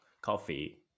coffee